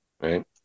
Right